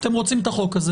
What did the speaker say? אתם רוצים את החוק הזה